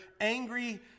angry